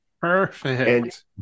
Perfect